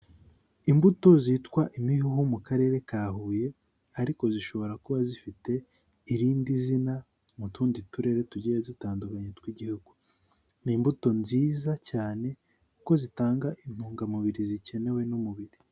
Imbuto zitwa imihuhu mu Karere ka Huye ariko zishobora kuba zifite irindi zina mu tundi Turere tugiye dutandukanye tw'igihugu, ni imbuto nziza cyane kuko zitanga intungamubiri zikenewe n'umubiri.